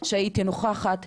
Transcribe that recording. שהייתי נוכחת שם.